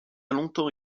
longtemps